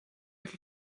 like